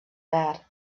that